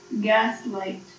gaslight